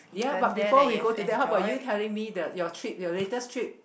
ya but before we go to that how about you telling me the your trip your latest trip